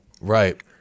Right